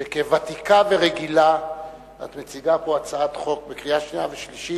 שכוותיקה ורגילה את מציגה פה הצעת חוק לקריאה שנייה ושלישית,